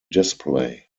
display